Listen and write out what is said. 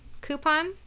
Coupon